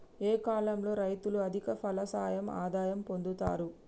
ఏ కాలం లో రైతులు అధిక ఫలసాయం ఆదాయం పొందుతరు?